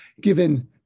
given